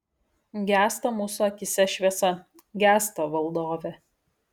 gęsta mūsų akyse šviesa gęsta valdove